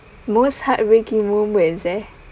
most heartbreaking moments eh